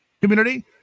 community